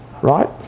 right